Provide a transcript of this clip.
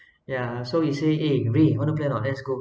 ya so he say eh ray want to plan not let's go